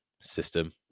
system